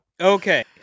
Okay